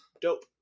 dope